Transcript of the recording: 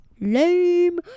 lame